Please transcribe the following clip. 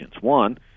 One